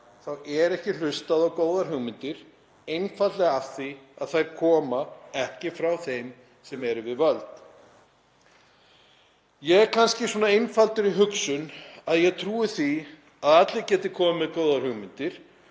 þá er ekki hlustað á góðar hugmyndir, einfaldlega af því að þær koma ekki frá þeim sem eru við völd. Ég er kannski svona einfaldur í hugsun að ég trúi því að allir geti komið með góðar hugmyndir